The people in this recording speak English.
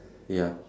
ya